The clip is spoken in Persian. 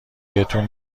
بهتون